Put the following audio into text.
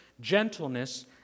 gentleness